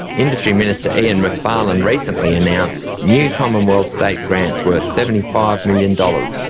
industry minister ian macfarlane recently announced new commonwealth-state grants worth seventy five million dollars,